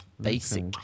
Basic